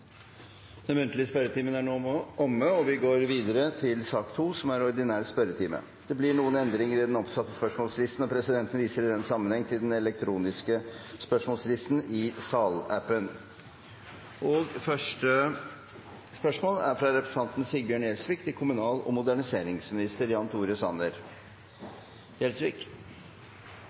Den muntlige spørretimen er nå omme. Det blir noen endringer i den oppsatte spørsmålslisten, og presidenten viser i den sammenheng til den elektroniske spørsmålslisten i salappen. Endringene var som følger: Spørsmål 6, fra representanten Lars Haltbrekken til klima- og miljøministeren, er utsatt til neste spørretime, da statsråden er bortreist. Spørsmål 7, fra representanten Nicholas Wilkinson til helse- og